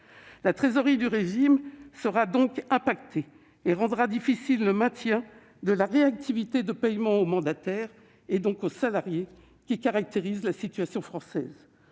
La trésorerie du régime sera touchée, ce qui rendra difficile le maintien de la réactivité de paiement aux mandataires, et donc aux salariés, caractéristique du régime français.